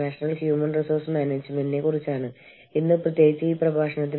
നമ്മൾ വ്യവസായ ബന്ധങ്ങളെ കുറിച്ച് പൊതുവായി സംസാരിച്ചു